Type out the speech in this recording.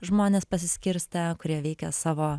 žmonės pasiskirstę kurie veikia savo